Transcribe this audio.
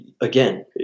again